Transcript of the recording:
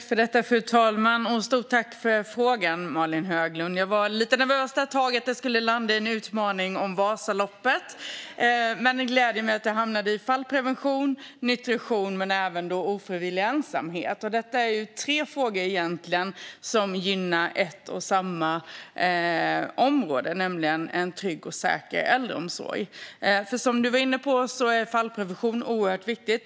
Fru talman! Stort tack för frågan, Malin Höglund! Jag var lite nervös ett tag att den skulle landa i en utmaning om Vasaloppet, men det gläder mig att den handlar om fallprevention, nutrition och ofrivillig ensamhet. Detta är egentligen tre frågor som gynnar ett och samma område, nämligen en trygg och säker äldreomsorg. Som ledamoten var inne på är fallprevention oerhört viktigt.